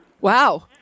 Wow